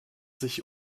sich